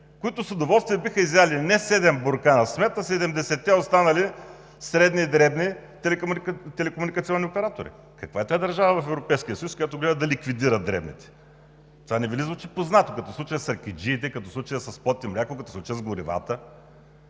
които с удоволствие биха изяли не седем буркана с мед, а седемдесетте останали средни и дребни телекомуникационни оператори. Каква е тази държава в Европейския съюз, която гледа да ликвидира дребните? Това не Ви ли звучи познато, като случая с ракиджиите, като случая с млякото, като случая с горивата?